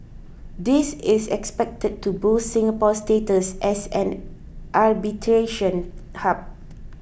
this is expected to boost Singapore's status as an arbitration hub